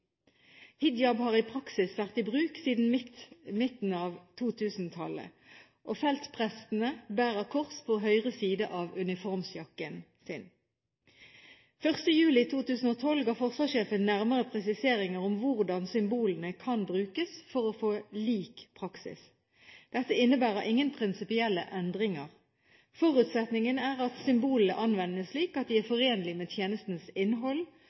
Hijab har i praksis vært i bruk siden midten av 2000-tallet. Og feltprestene bærer kors på høyre side av uniformsjakken sin. Den 1. juli 2012 ga forsvarssjefen nærmere presiseringer av hvordan symbolene kan brukes, for å få lik praksis. Dette innebærer ingen prinsipielle endringer. Forutsetningen er at symbolene anvendes slik at de er forenlige med tjenestens innhold,